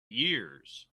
years